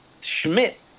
Schmidt